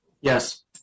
yes